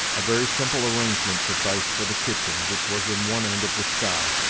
a very simple arrangement sufficed for the kitchen, which was in one end of the scow,